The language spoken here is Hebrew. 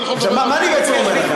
מה אני בעצם אומר לכם,